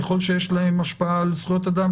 ככל שיש להם השפעה על זכויות אדם,